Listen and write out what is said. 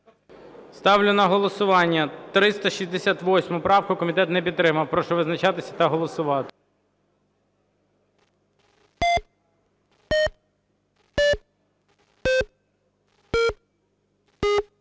Ставлю на голосування 368 правку. Комітет не підтримав. Прошу визначатися та голосувати.